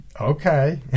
okay